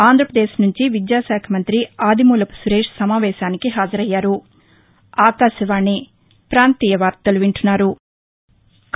ఆంధ్రప్రదేశ్ నుంచి విద్యాశాఖ మంతి ఆదిమూలపు సురేశ్ సమావేశానికి హాజరయ్యారు